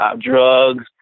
drugs